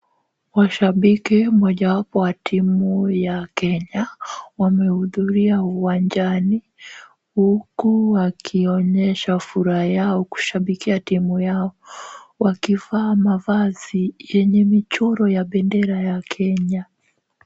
Washabiki mojawapo wa timu ya Kenya, wamehudhuria uwanjani huku wakionyesha furaha yao kushabikia timu yao, wakivaa mavazi yenye michoro ya bendera ya Kenya.